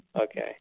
Okay